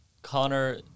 Connor